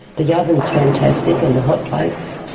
the oven is fantastic and the hotplates.